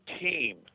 team